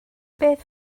beth